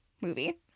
movie